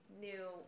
new